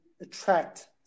attract